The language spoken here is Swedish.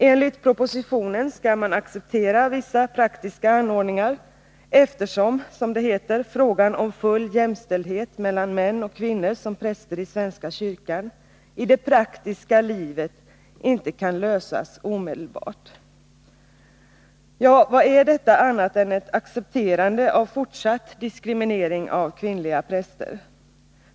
Enligt propositionen skall vissa praktiska anordningar accepteras, eftersom frågan om full jämställdhet mellan män och kvinnor som präster i svenska kyrkan i det praktiska livet inte kan lösas omedelbart. Vad är detta annat än ett accepterande av fortsatt diskriminering av kvinnliga präster?